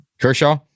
Kershaw